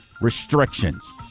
restrictions